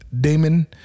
Damon